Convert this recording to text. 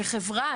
כחברה,